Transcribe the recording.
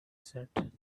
said